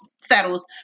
settles